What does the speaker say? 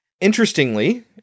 Interestingly